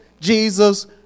Jesus